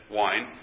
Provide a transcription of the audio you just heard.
wine